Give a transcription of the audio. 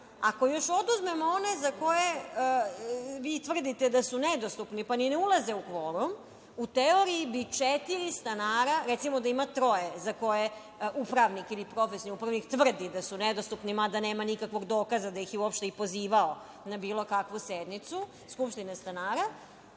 ako još oduzmemo one za koje vi tvrdite da su nedostupni pa ni ne ulaze u kvorum, u teoriji bi četiri stanara, recimo da ima troje za koje upravnik ili profesionalni upravnik tvrdi da su nedostupni, mada nema nikakvog dokaza da ih je uopšte i pozivao na bilo kakvu sednicu skupštine stanara,